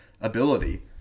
ability